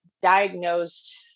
diagnosed